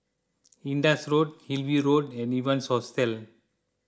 Indus Road Hillview Road and Evans Hostel